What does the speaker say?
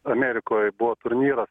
amerikoj buvo turnyras